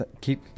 keep